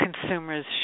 consumers